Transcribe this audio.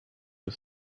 his